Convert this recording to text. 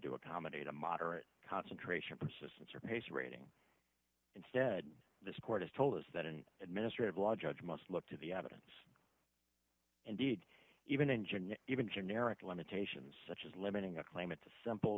to accommodate a moderate concentration persistence or pace rating instead this court has told us that an administrative law judge must look to the evidence indeed even engineer even generic limitations such as limiting a claim it's a simple